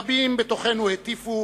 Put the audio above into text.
רבים בתוכנו הטיפו